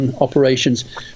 operations